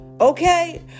Okay